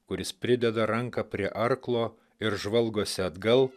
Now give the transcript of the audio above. kuris prideda ranką prie arklo ir žvalgosi atgal